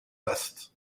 vest